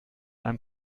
einem